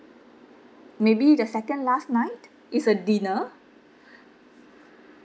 maybe the second last night is a dinner